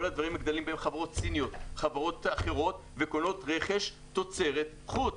חברות סיניות וחברות אחרות שקונות רכש תוצרת חוץ,